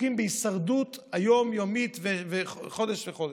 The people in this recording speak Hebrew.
עסוקים בהישרדות יום-יומית וחודש וחודש.